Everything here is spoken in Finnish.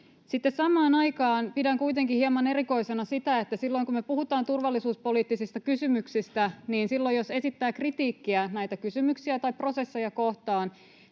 samaan aikaan pidän kuitenkin hieman erikoisena sitä, että kun me puhutaan turvallisuuspoliittisista kysymyksistä, niin jos silloin esittää kritiikkiä näitä kysymyksiä tai prosesseja kohtaan,